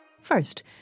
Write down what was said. First